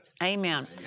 Amen